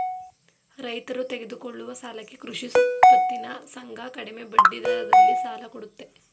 ರೈತರು ತೆಗೆದುಕೊಳ್ಳುವ ಸಾಲಕ್ಕೆ ಕೃಷಿ ಪತ್ತಿನ ಸಂಘ ಕಡಿಮೆ ಬಡ್ಡಿದರದಲ್ಲಿ ಸಾಲ ಕೊಡುತ್ತೆ